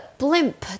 blimp